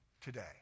today